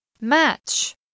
Match